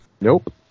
Nope